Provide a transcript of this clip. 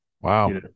Wow